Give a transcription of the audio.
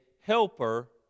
helper